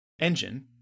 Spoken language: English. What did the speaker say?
engine